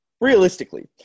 Realistically